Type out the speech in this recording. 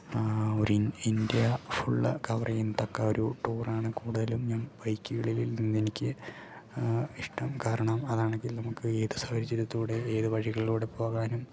ഒരു India full cover ചെയ്യുന്ന തക്ക ഒരു ടൂറാണ് കൂടുതലും ഞാൻ ബൈക്കുകളിലിൽ നിന്നെനിക്ക് ഇഷ്ടം കാരണം അതാണെങ്കിൽ നമുക്ക് ഏത് സാഹചര്യത്തിലൂടെ ഏത് വഴികളിലൂടെ പോകാനും